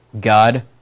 God